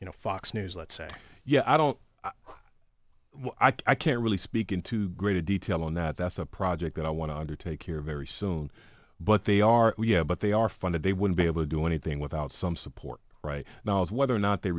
you know fox news let's say yeah i don't i can't really speak into greater detail on that that's a project that i want to undertake here very soon but they are yeah but they are funded they wouldn't be able to do anything without some support right now is whether or not they